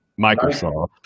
Microsoft